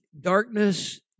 Darkness